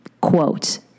Quote